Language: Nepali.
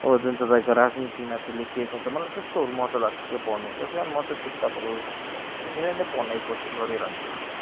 अब जुन चाहिँ तपाईँको राजनीति माथि लेखिएको हुन्छ मलाई त्यस्तोहरू मज्जा लाग्छ क्या पढ्नु त्यसैकारण म त्यस्तो किताबहरू धेरै नै पढ्ने कोसिस गरिरहन्छु